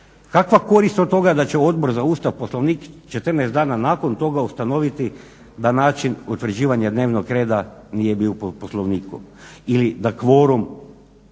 Kakva korist od toga da će Odbor za Ustav, Poslovnik četrnaest dana nakon toga ustanoviti da način utvrđivanja dnevnog reda nije bio po Poslovniku ili da kvorum